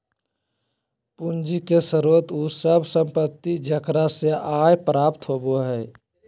पूंजी के स्रोत उ सब संपत्ति जेकरा से आय प्राप्त होबो हइ